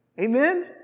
Amen